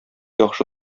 яхшы